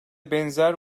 benzer